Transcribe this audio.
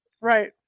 Right